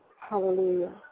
Hallelujah